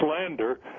slander